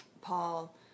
Paul